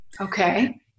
Okay